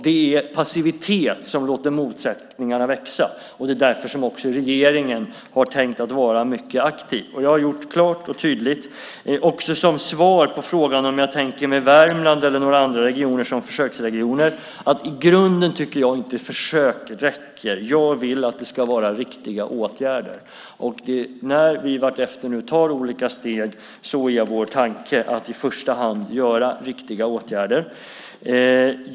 Det är passivitet som låter motsättningarna växa. Det är därför regeringen också har tänkt vara mycket aktiv. Som svar på frågan om jag tänker mig Värmland eller några andra regioner som försöksregioner har jag gjort klart och tydligt att jag i grunden inte tycker att försök räcker. Jag vill att det ska vara riktiga åtgärder. När vi nu vartefter tar olika steg är vår tanke att i första hand vidta riktiga åtgärder.